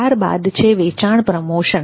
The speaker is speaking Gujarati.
ત્યારબાદ છે વેચાણ પ્રમોશન